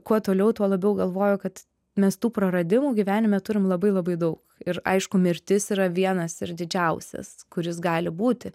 kuo toliau tuo labiau galvoju kad mes tų praradimų gyvenime turim labai labai daug ir aišku mirtis yra vienas ir didžiausias kuris gali būti